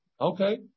Okay